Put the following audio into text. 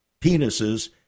penises